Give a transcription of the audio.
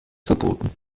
verboten